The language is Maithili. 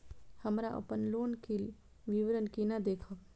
हमरा अपन लोन के विवरण केना देखब?